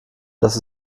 dass